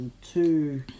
two